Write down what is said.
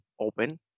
open